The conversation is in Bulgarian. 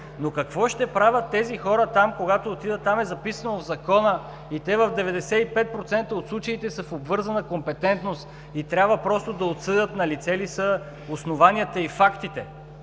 Но какво ще правят тези хора там, когато отидат там, е записано в Закона и те в 95% от случаите са в обвързана компетентност и трябва просто да отсъдят налице ли са основанията и фактите.